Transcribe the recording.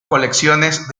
colecciones